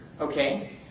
Okay